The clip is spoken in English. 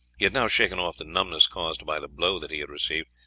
he had now shaken off the numbness caused by the blow that he had received,